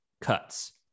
cuts